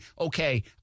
okay